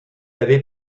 avait